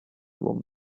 woman